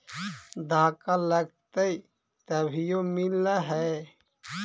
धक्का लगतय तभीयो मिल है?